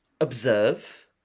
observe